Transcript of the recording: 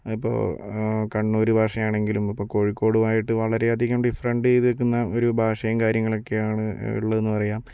ഇപ്പോൾ കണ്ണൂര് ഭാഷയാണെങ്കിലും ഇപ്പോൾ കോഴിക്കോടുമായിട്ട് വളരെയധികം ഡിഫറൻറ്റ് ചെയ്ത് നിൽക്കുന്ന ഒരു ഭാഷയും കാര്യങ്ങളൊക്കെയാണ് ഉള്ളതെന്ന് പറയാം